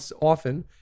often